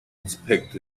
inspect